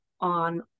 on